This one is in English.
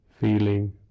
feeling